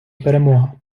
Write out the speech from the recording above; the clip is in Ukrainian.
перемога